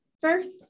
first